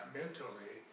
mentally